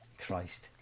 Christ